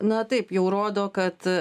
na taip jau rodo kad